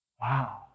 Wow